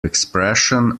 expression